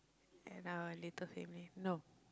and our later family no